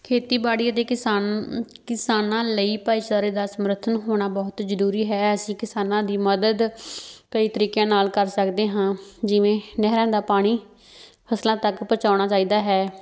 ਖੇਤੀਬਾੜੀ ਅਤੇ ਕਿਸਾਨ ਕਿਸਾਨਾਂ ਲਈ ਭਾਈਚਾਰੇ ਦਾ ਸਮਰਥਨ ਹੋਣਾ ਬਹੁਤ ਜ਼ਰੂਰੀ ਹੈ ਅਸੀਂ ਕਿਸਾਨਾਂ ਦੀ ਮਦਦ ਕਈ ਤਰੀਕਿਆਂ ਨਾਲ ਕਰ ਸਕਦੇ ਹਾਂ ਜਿਵੇਂ ਨਹਿਰਾਂ ਦਾ ਪਾਣੀ ਫਸਲਾਂ ਤੱਕ ਪਹੁੰਚਾਉਣਾ ਚਾਹੀਦਾ ਹੈ